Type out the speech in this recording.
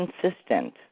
consistent